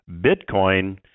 Bitcoin